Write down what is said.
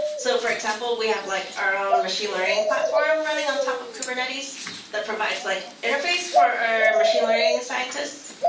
so for example, we have like our own machine learning platform running on top of kubernetes that provides like interface for our machine learning scientists,